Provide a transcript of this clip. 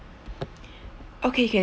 okay can